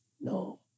no